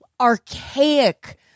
archaic